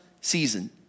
season